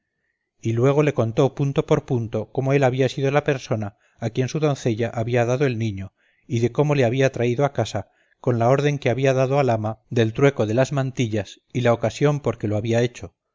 y luego le contó punto por punto cómo él había sido la persona a quien su doncella había dado el niño y de cómo le había traído a casa con la orden que había dado al ama del trueco de las mantillas y la ocasión por que lo había hecho